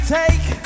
take